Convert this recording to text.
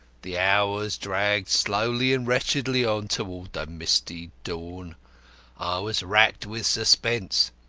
the hours dragged slowly and wretchedly on towards the misty dawn. i was racked with suspense.